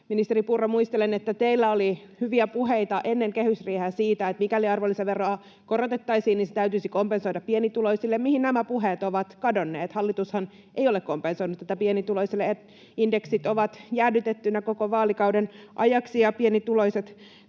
Ministeri Purra, muistelen, että teillä oli hyviä puheita ennen kehysriiheä siitä, että mikäli arvonlisäveroa korotettaisiin, se täytyisi kompensoida pienituloisille. Mihin nämä puheet ovat kadonneet? Hallitushan ei ole kompensoinut tätä pienituloisille. Indeksit ovat jäädytettyinä koko vaalikauden ajaksi, ja pienituloiset